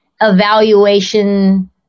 evaluation